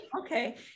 Okay